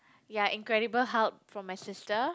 ya Incredible-Hulk from my sister